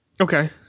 Okay